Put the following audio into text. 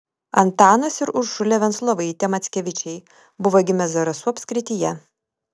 antanas ir uršulė venclovaitė mackevičiai buvo gimę zarasų apskrityje